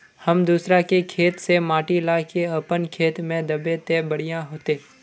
हम दूसरा के खेत से माटी ला के अपन खेत में दबे ते बढ़िया होते?